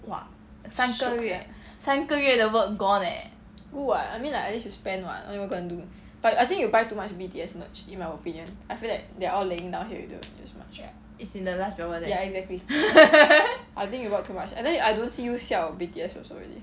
shiok good [what] I mean like at least you spend [what] if not what you going to do but I think you buy too much B_T_S merch in my opinion I feel like they're all lying down here already just this much ya exactly I think you bought too much and then I don't see you siao B_T_S also already